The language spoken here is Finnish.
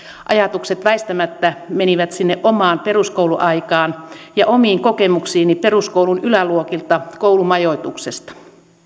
ajatukset väistämättä menivät sinne omaan peruskouluaikaan ja omiin kokemuksiini peruskoulun yläluokilta koulumajoituksesta